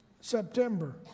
September